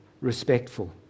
respectful